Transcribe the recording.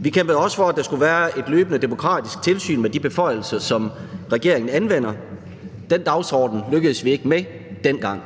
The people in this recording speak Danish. Vi kæmpede også for, at der skulle være et løbende demokratisk tilsyn med de beføjelser, som regeringen anvender. Den dagsordenen lykkedes vi ikke med dengang.